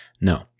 No